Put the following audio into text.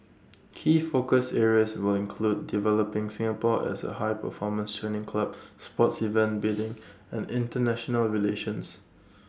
key focus areas will include developing Singapore as A high performance training hub sports events bidding and International relations